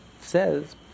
says